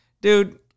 dude